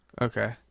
Okay